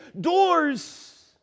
doors